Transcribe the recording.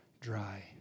dry